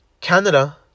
Canada